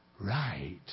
right